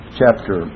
chapter